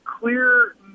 clear